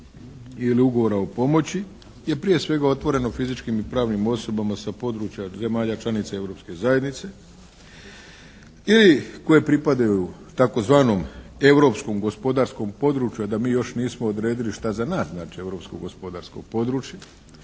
ili ugovora o pomoći je prije svega otvoreno fizičkim i pravnim osobama sa područja zemalja članica Europske zajednice ili koje pripadaju tzv. europskom gospodarskom području, a da mi još nismo odredili šta za nas znači europsko gospodarsko područje